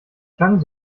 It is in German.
klang